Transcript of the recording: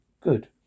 Good